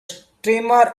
streamer